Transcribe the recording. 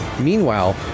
Meanwhile